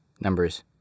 Numbers